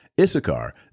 Issachar